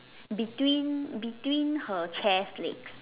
between between her chair's legs